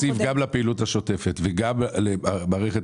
כשאתה מוסיף גם לפעילות השוטפת וגם למערכת